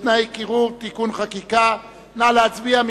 בתנאי קירור (תיקוני חקיקה) נא להצביע.